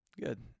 Good